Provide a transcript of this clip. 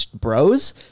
bros